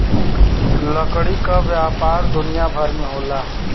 लकड़ी क व्यापार दुनिया भर में होला